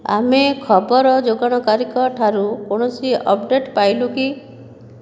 ଆମେ ଖବର ଯୋଗାଣକାରୀଙ୍କ ଠାରୁ କୌଣସି ଅପଡ଼େଟ୍ ପାଇଲୁ କି